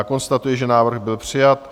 Konstatuji, že návrh byl přijat.